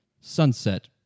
Sunset